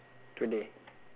today